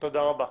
תודה רבה.